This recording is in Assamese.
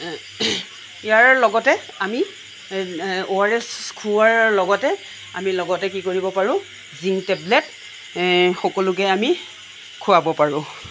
ইয়াৰ লগতে আমি অ আৰ এচ খোৱাৰ লগতে আমি লগতে কি কৰিব পাৰোঁ যিংক টেবলেট সকলোকে আমি খোৱাব পাৰোঁ